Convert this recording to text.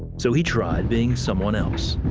so he tried being someone else.